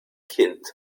kind